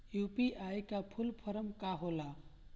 UPI का full form का होला?